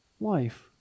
life